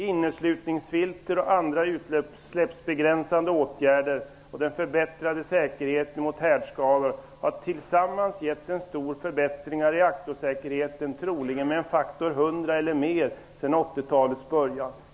Inneslutningsfilter och andra utsläppsbegränsande åtgärder och den förbättrade säkerheten mot härdskador har tillsammans gett en stor förbättring av reaktorsäkerheten, troligen med faktorn 100 eller mer, sedan 80-talets början.''